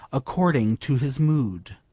according to his mood.